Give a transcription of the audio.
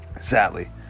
Sadly